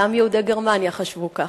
גם יהודי גרמניה חשבו כך.